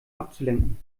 abzulenken